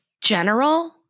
general